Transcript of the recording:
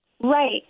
Right